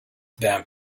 them